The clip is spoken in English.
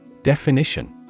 Definition